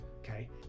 Okay